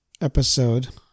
episode